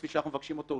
כפי שאנחנו מבקשים אותו,